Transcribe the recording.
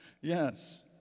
Yes